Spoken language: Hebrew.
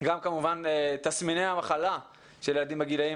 גם כמובן תסמיני המחלה של ילדים בגילאים